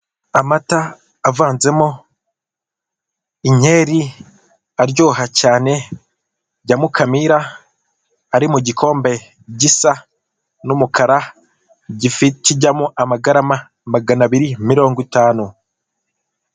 Amata avanzemo inkeri aryoha cyane ya Mukamira, ari mu gikombe gisa n'umukara kijyamo amagarama magana abiri mirongo itanu.